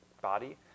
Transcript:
body